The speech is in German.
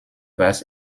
was